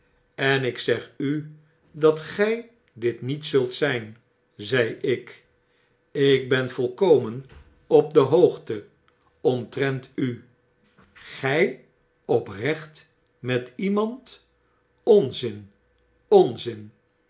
en ik zeg u dat gy dit niet zult ziju zei ik ik ben volkomen op de hoogte omtrent u g oprecht met iemand onzin onzin